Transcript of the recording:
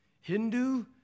Hindu